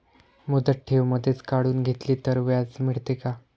मुदत ठेव मधेच काढून घेतली तर व्याज मिळते का?